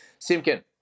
Simkin